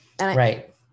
Right